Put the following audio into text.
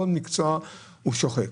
כל מקצוע הוא שוחק.